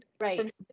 right